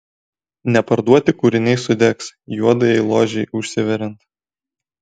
neparduoti kūriniai sudegs juodajai ložei užsiveriant